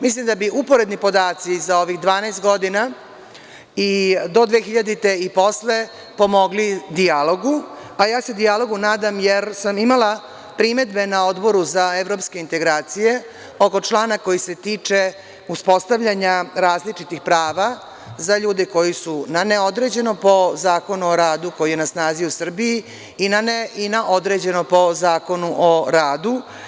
Mislim da bi uporedni podaci za ovih 12 godina, i do 2000. godine i posle, pomogli dijalogu, a dijalogu se nadam jer sam imala primedbe na Odboru za evropske integracije oko člana koji se tiče uspostavljanja različitih prava za ljude koji su na neodređeno po Zakonu o radu koji je na snazi u Srbiji i na određeno po Zakonu o radu.